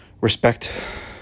respect